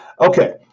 Okay